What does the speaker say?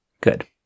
Good